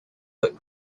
but